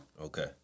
Okay